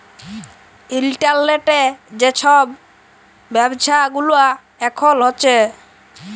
ইলটারলেটে যে ছব ব্যাব্ছা গুলা এখল হ্যছে